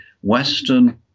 Western